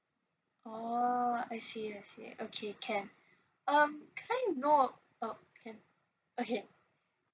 oo I see I see okay can um can I know uh